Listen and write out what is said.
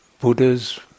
Buddhas